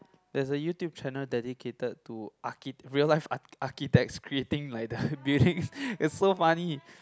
there's a YouTube channel dedicated to archi~ real life architects creating like the buildings it's so funny